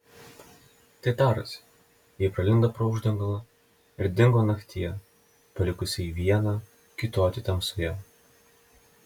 tai tarusi ji pralindo pro uždangalą ir dingo naktyje palikusi jį vieną kiūtoti tamsoje